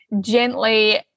gently